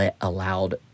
allowed